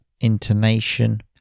intonation